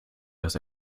das